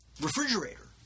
refrigerator